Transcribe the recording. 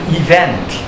event